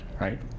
right